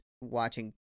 watching